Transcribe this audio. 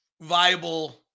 viable